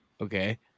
Okay